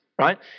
right